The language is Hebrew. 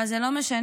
אבל זה לא משנה,